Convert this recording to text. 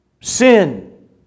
Sin